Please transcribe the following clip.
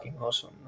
awesome